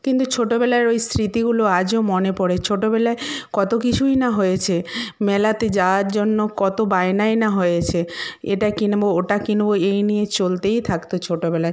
কিন্তু ছোটোবেলার ওই স্মৃতিগুলো আজও মনে পড়ে ছোটবেলায় কত কিছুই না হয়েছে মেলাতে যাওয়ার জন্য কত বায়নাই না হয়েছে এটা কিনব ওটা কিনব এই নিয়ে চলতেই থাকত ছোটোবেলায়